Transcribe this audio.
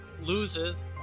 loses